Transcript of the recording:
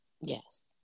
Yes